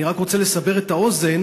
אני רק רוצה לסבר את האוזן,